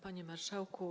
Panie Marszałku!